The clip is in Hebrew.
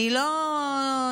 אני לא נפרדת,